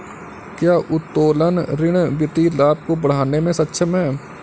क्या उत्तोलन ऋण वित्तीय लाभ को बढ़ाने में सक्षम है?